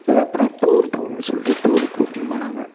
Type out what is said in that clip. அதுக்கப்புறம் டூர் போகணுன்னு சொல்லிட்டு டூர் கூட்டினு போனாங்க